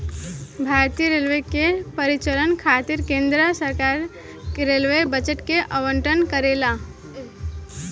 भारतीय रेलवे के परिचालन खातिर केंद्र सरकार रेलवे बजट के आवंटन करेला